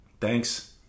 thanks